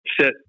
sit